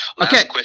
Okay